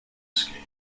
escape